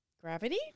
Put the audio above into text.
Gravity